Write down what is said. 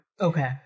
Okay